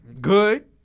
Good